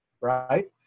right